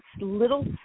little